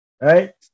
right